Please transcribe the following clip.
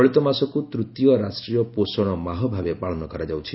ଚଳିତମାସକୁ ତୂତୀୟ ରାଷ୍ଟ୍ରୀୟ ପୋଷଣ ମାହ ଭାବେ ପାଳନ କରାଯାଉଛି